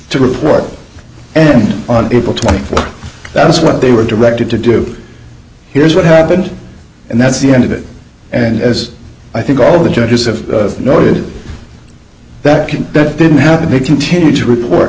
to report and on april twenty fourth that is what they were directed to do here is what happened and that's the end of it and as i think all the judges have noted that that didn't happen they continue to report